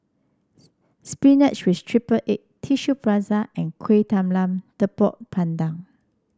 spinach with triple egg Tissue Prata and Kueh Talam Tepong Pandan